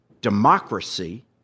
democracy